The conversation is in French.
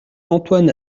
antoine